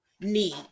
need